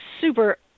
super